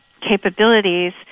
capabilities